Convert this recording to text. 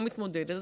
ולא מתמודדת,